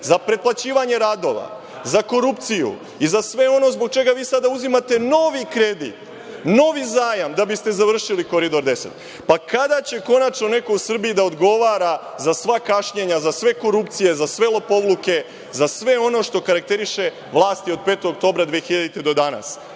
za preplaćivanje radova, za korupciju i za sve ono zbog čega vi sada uzimate novi kredit, novi zajam da biste završili Koridor 10. Pa, kada će konačno neko u Srbiji da odgovara za sva kašnjenja, za sve korupcije, za sve lopovluke, za sve ono što karakteriše vlasti od 5. oktobra 2000. godine